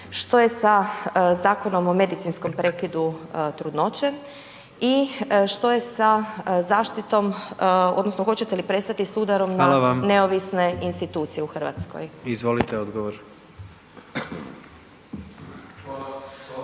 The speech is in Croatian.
Što je sa Zakonom o medicinskom prekidu trudnoće i što je sa zaštitom, odnosno hoćete li prestati s udarom na .../Upadica: Hvala vam./...